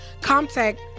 Contact